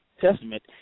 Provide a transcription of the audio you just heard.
Testament